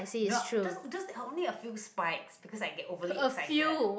no just just only a few spikes because I get overly excited